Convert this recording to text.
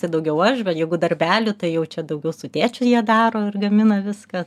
tai daugiau aš bet jeigu darbelių tai jau čia daugiau su tėčiu jie daro ir gamina viską